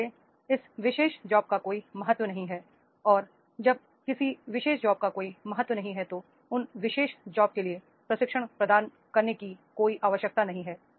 इसलिए इस विशेष जॉब का कोई महत्व नहीं है और जब किसी विशेष जॉब का कोई महत्व नहीं है तो उन विशेष जॉब्स के लिए प्रशिक्षण प्रदान करने की कोई आवश्यकता नहीं है